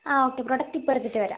ആ okay product ഇപ്പോൾ എടുത്തിട്ട് വരാം